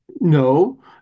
No